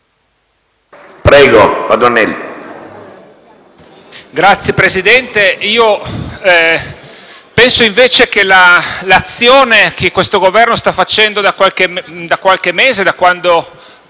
Signor Presidente, io penso invece che l'azione che questo Governo sta facendo da qualche mese, da quando